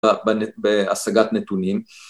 ‫בהשגת נתונים.